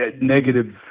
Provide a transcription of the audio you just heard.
negative